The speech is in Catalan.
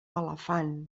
elefant